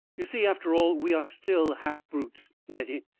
you see, after all, we are still half brutes, nettie.